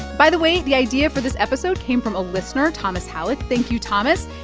by the way, the idea for this episode came from a listener, thomas halik. thank you, thomas.